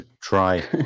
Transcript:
Try